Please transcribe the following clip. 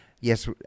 yes